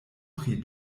pri